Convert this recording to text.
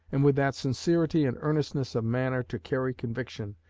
and with that sincerity and earnestness of manner to carry conviction,